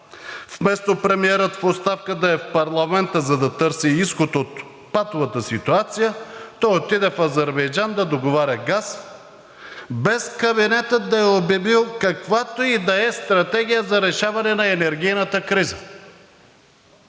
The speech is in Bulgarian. Вместо премиерът в оставка да е в парламента, за да търси изход от патовата ситуация, той отиде в Азербайджан да договаря газ, без кабинетът да е обявил каквато и да е стратегия за решаване на енергийната криза.